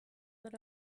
lit